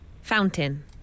Fountain